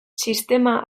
sistema